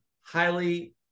highly